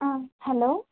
hello